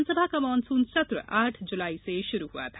विधानसभा का मानसुन सत्र आठ जुलाई से शुरु हुआ था